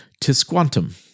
Tisquantum